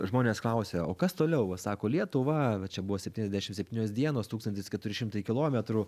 žmonės klausė o kas toliau sako lietuva va čia buvo septyniasdešim septynios dienos tūkstantis keturi šimtai kilometrų